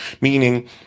Meaning